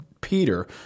Peter